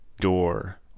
door